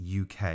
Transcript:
UK